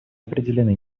определены